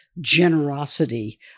generosity